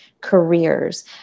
careers